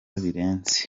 birenze